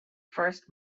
first